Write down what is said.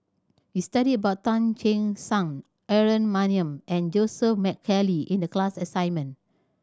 we studied about Tan Che Sang Aaron Maniam and Joseph McNally in the class assignment